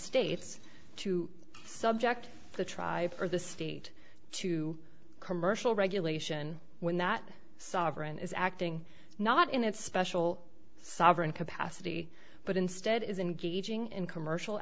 states to subject the tribe or the state to commercial regulation when that sovereign is acting not in its special sovereign capacity but instead is engaging in commercial